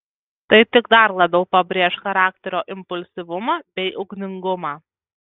tai tik dar labiau pabrėš charakterio impulsyvumą bei ugningumą